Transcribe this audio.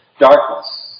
darkness